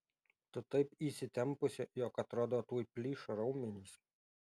tu taip įsitempusi jog atrodo tuoj plyš raumenys